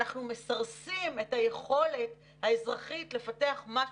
אנחנו מסרסים את היכולת האזרחית לפתח משהו.